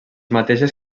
mateixes